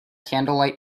candlelight